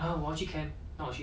ya